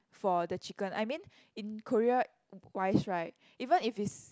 for the chicken I mean in Korea wise right even if is